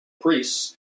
priests